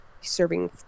serving